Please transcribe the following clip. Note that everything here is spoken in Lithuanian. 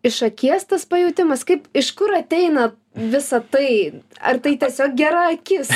iš akies tas pajutimas kaip iš kur ateina visa tai ar tai tiesiog gera akis